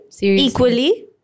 equally